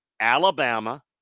Alabama